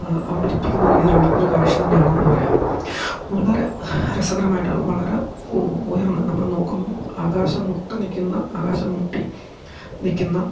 അമ്പരിപ്പിക്കുന്ന രീതിയിലുള്ള ഒരു കാഴ്ച തന്നെയാണ് എന്ന് പറയാം വളരെ രസകരമായിട്ട് വളരെ ഉയർന്ന് നമ്മൾ നോക്കുമ്പം ആകാശം മുട്ടി നിൽക്കുന്ന ആകാശം മുട്ടി നിൽക്കുന്ന